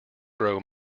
grow